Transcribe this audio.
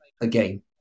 again